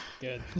good